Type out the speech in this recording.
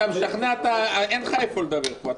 אתה משכנע את אין לך איפה לדבר פה,